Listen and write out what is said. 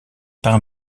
pains